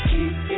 Keep